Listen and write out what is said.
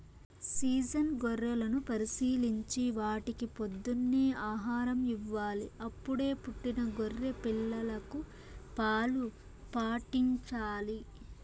season గొర్రెలను పరిశీలించి వాటికి పొద్దున్నే ఆహారం ఇవ్వాలి, అప్పుడే పుట్టిన గొర్రె పిల్లలకు పాలు పాట్టించాలి